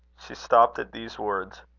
she stopped at these words